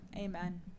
Amen